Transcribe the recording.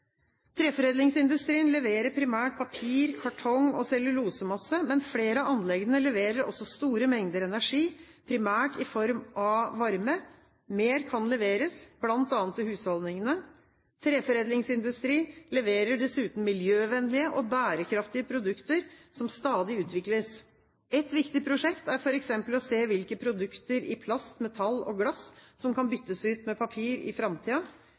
Treforedlingsindustrien leverer primært papir, kartong og cellulosemasse, men flere av anleggene leverer også store mengder energi, primært i form av varme. Mer kan leveres, bl.a. til husholdningene. Treforedlingsindustrien leverer dessuten miljøvennlige og bærekraftige produkter, som stadig utvikles. Ett viktig prosjekt er f.eks. å se hvilke produkter i plast, metall og glass som kan byttes ut med papir i